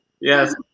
yes